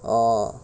oh